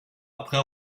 après